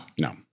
No